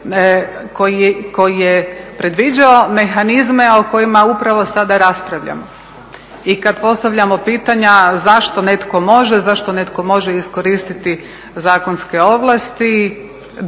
koji je predviđao mehanizme o kojima upravo sada raspravljamo. I kad postavljamo pitanja zašto netko može, zašto netko može iskoristiti zakonske ovlasti